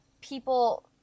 people